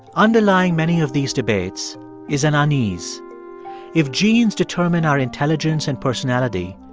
underlying many of these debates is an unease if genes determine our intelligence and personality,